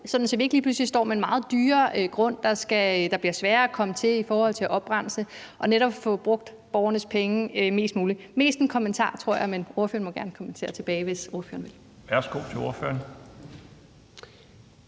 sådan at vi ikke lige pludselig står med en meget dyrere grund, der bliver sværere at komme til i forhold til at oprense, og netop at få brugt borgernes penge bedst muligt. Det er mest en kommentar, tror jeg, men ordføreren må gerne kommentere tilbage, hvis ordføreren vil. Kl. 16:46 Den